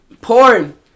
porn